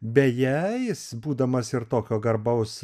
beje jis būdamas ir tokio garbaus